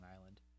Island